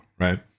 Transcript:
right